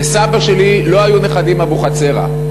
לסבא שלי לא היו נכדים אבוחצירא,